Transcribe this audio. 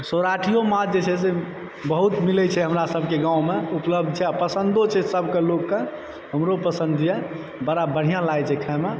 सौराठीयो माछ जे छै से बहुत मिलै छै हमरा सबके गाँवमे उपलब्ध छै आ पसन्दो छै सबके लोकके हमरो पसंद यऽ बड़ा बढ़िऑं लागै छै खायमे